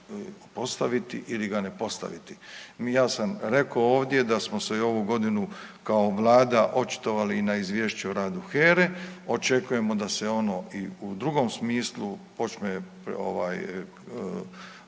postaviti ili ga ne postaviti. Ja sam rekao ovdje da smo se i ovu godinu kao vlada očitovali i na izvješće o radu HERA-e, očekujemo da se ono i u drugom smislu počne ovaj